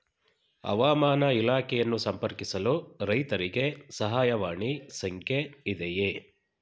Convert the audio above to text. ಹವಾಮಾನ ಇಲಾಖೆಯನ್ನು ಸಂಪರ್ಕಿಸಲು ರೈತರಿಗೆ ಸಹಾಯವಾಣಿ ಸಂಖ್ಯೆ ಇದೆಯೇ?